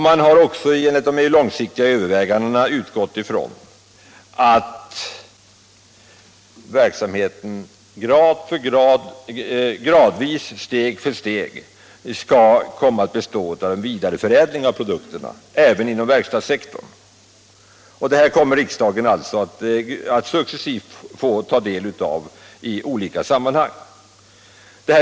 Man har också enligt de långsiktiga övervägandena utgått från att verksamheten steg för steg skall komma att bestå av en vidareförädling av produkterna, även inom verkstadssektorn. Detta kommer riksdagen alltså successivt att få ta del av i olika sammanhang.